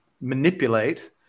manipulate